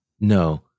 no